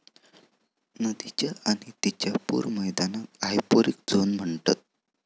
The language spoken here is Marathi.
नदीच्य आणि तिच्या पूर मैदानाक हायपोरिक झोन म्हणतत